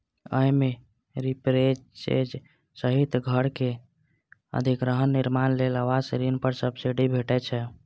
अय मे रीपरचेज सहित घरक अधिग्रहण, निर्माण लेल आवास ऋण पर सब्सिडी भेटै छै